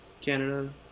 Canada